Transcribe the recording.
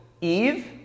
Eve